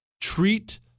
Treat